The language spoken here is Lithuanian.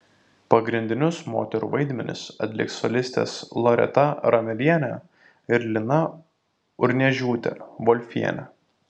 pagrindinius moterų vaidmenis atliks solistės loreta ramelienė ir lina urniežiūtė volfienė